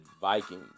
Vikings